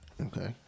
Okay